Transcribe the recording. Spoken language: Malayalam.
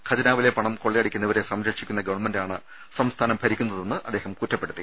ഖജ നാവിലെ പണം കൊള്ളയടിക്കുന്നവരെ സംരക്ഷിക്കുന്ന ഗവൺ മെന്റാണ് സംസ്ഥാനം ഭരിക്കുന്നതെന്ന് അദ്ദേഹം കുറ്റപ്പെടുത്തി